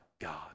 God